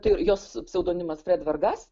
tai jos pseudonimas fred vargas